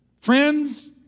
Friends